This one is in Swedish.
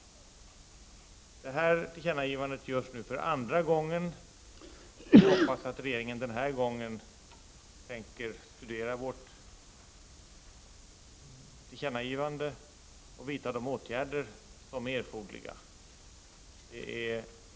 Detta tillkännagivande görs nu för andra gången. Vi hoppas att regeringen denna gång tänker studera vårt tillkännagivande och vidta de åtgärder som är erforderliga.